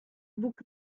бук